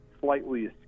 slightly